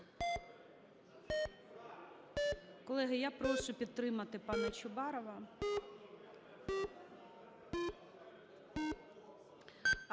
Колеги, я прошу підтримати пана Чубарова.